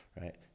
right